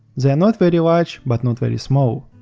they are not very large, but not very small.